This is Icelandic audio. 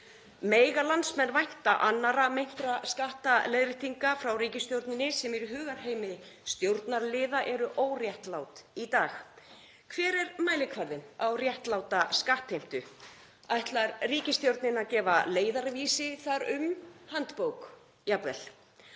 Mega landsmenn vænta annarra meintra skattaleiðréttinga frá ríkisstjórninni sem í hugarheimi stjórnarliða eru óréttlátar í dag. Hver er mælikvarðinn á réttláta skattheimtu? Ætlar ríkisstjórnin að gefa leiðarvísi þar um, handbók jafnvel?